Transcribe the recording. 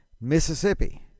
Mississippi